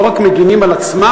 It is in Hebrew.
לא רק מגינים על עצמם,